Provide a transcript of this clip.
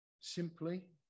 simply